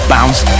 Bounce